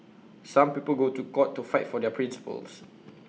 some people go to court to fight for their principles